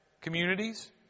communities